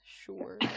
Sure